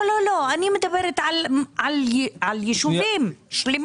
לא, לא, אני מדברת על ישובים שלמים.